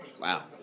Wow